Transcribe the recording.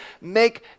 make